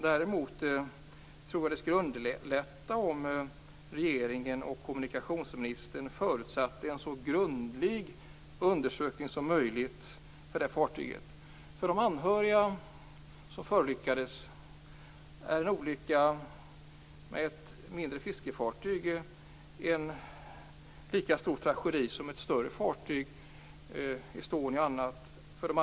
Däremot tror jag att det skulle underlätta om regeringen och kommunikationsministern förutsatte en så grundlig undersökning som möjligt för detta fartyg. För de anhöriga till de förolyckade är en olycka med ett mindre fiskefartyg en lika stor tragedi som en olycka med ett större fartyg, t.ex. Estonia.